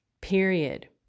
period